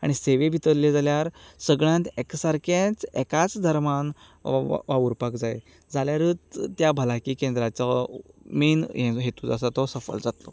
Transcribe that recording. आनी सेवे भितरलें जाल्यार सगळ्यांक एकसारकें एकाच धर्मांत वावुरपाक जाय जाल्यारूच त्या भलायकी केंद्राचो मैन हेतू जो आसा तो सफल जातलो